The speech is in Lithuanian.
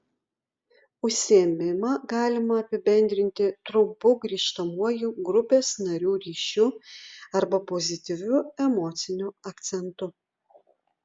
užsiėmimą galima apibendrinti trumpu grįžtamuoju grupės narių ryšiu arba pozityviu emociniu akcentu